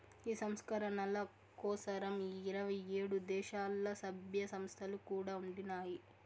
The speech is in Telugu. ఈ సంస్కరణల కోసరం ఇరవై ఏడు దేశాల్ల, సభ్య సంస్థలు కూడా ఉండినాయి